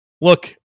look